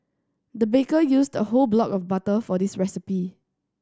the baker used a whole block of butter for this recipe